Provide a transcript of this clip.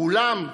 ואולם,